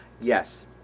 Yes